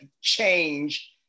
change